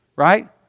right